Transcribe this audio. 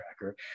tracker